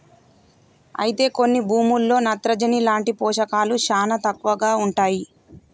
అయితే కొన్ని భూముల్లో నత్రజని లాంటి పోషకాలు శానా తక్కువగా ఉంటాయి